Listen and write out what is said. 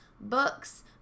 books